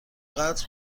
قدر